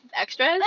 extras